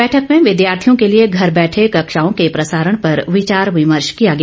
बैठक में विद्यार्थियों के लिये घर बैठे कक्षाओं के प्रसारण पर विचार विमर्श किया गया